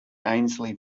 ainslie